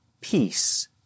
peace